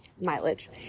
mileage